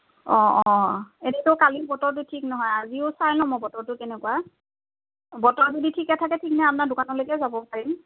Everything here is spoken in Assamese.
অঁ অঁ এনেইতো কালি বতৰটো ঠিক নহয় আজিও চাই লওঁ মই বতৰটো কেনেকুৱা বতৰ যদি ঠিকে থাকে তেনেহলে আপোনাৰ দোকানলৈকে যাব পাৰিম